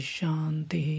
Shanti